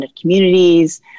communities